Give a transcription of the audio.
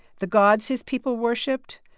the gods his people worshipped?